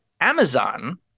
Amazon